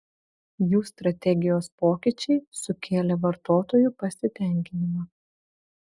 jų strategijos pokyčiai sukėlė vartotojų pasitenkinimą